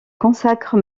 consacre